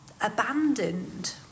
abandoned